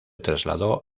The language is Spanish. trasladó